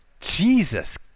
Jesus